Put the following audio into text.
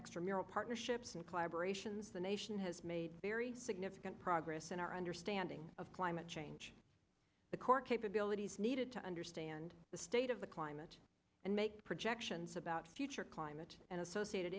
extramural partnerships and collaboration the nation has made very significant progress in our understanding of climate change the core capabilities needed to understand the state of the climate and make projections about future climate and associated